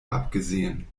abgesehen